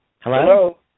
Hello